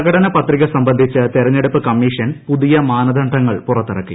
പ്രകടന പത്രിക സംബന്ധിച്ച് തെരഞ്ഞെടുപ്പ് കമ്മീഷൻ പുതിയ മാനദണ്ഡങ്ങൾപുറത്തിറക്കി